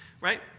right